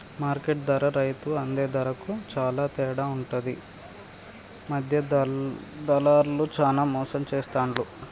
market ధరకు రైతు అందే ధరకు చాల తేడా ఉంటది మధ్య దళార్లు చానా మోసం చేస్తాండ్లు